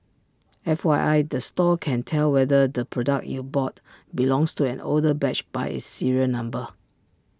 F Y I the store can tell whether the product you bought belongs to an older batch by its serial number